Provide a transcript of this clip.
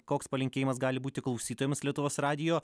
koks palinkėjimas gali būti klausytojams lietuvos radijo